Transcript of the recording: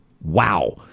Wow